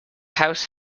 house